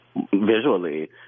visually